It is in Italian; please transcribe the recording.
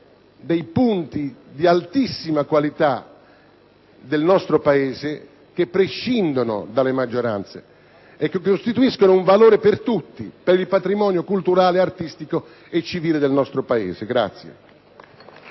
e temi di altissima qualità nel nostro Paese, che prescindono dalle maggioranze e che costituiscono un valore per tutti, per il patrimonio culturale, artistico e civile del nostro Paese.